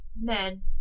men